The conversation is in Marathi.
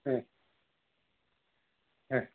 हां हां